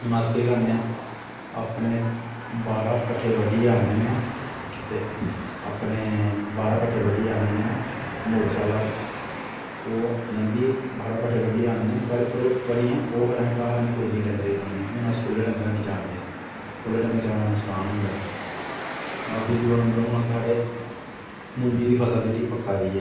हून अस केह् करने आं अपने बाहरा पट्ठे बड्ढियै आह्नने आं ते अपने बाहरा पट्ठे बड्ढियै आह्नने आं मोटरसैकला उप्पर ओह् जाने कि बाहरा पट्ठे बड्ढियै आह्नने पर ओह् इंया अस घर आह्नियै कुतरियै डंगरें ई पाने आं खुल्ले डंगर ऐनी चारदे खुल्ले डंगर चारने दा नुक्सान होंदा ऐ बाकी दूऐ नंबर हून साढ़े मुंजी दी फसल जेह्ड़ी पक्का दी ऐ जेह्ड़ी पक्की ऐ